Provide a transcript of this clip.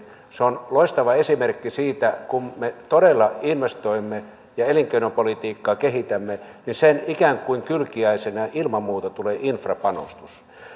se on loistava esimerkki siitä että kun me todella investoimme ja elinkeinopolitiikkaa kehitämme niin sen ikään kuin kylkiäisenä ilman muuta tulee infrapanostus